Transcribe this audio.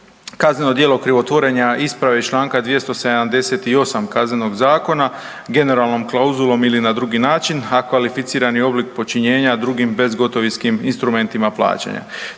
kazneno djelo krivotvorenja isprave iz čl. 278 Kaznenog zakona generalnom klauzulom ili na drugi način, a kvalificirani oblik počinjenja drugim bezgotovinskim instrumentima plaćanja.